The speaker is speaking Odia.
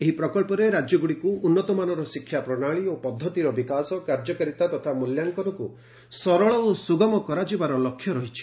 ଏହି ପ୍ରକଳ୍ପରେ ରାଜ୍ୟଗୁଡ଼ିକୁ ଉନ୍ନତମାନର ଶିକ୍ଷା ପ୍ରଣାଳୀ ଓ ପଦ୍ଧତିର ବିକାଶ କାର୍ଯ୍ୟକାରିତା ତଥା ମୂଲ୍ୟାଙ୍କନକୁ ସରଳ ଓ ସୁଗମ କରାଯିବାର ଲକ୍ଷ୍ୟ ରହିଛି